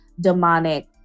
demonic